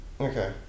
Okay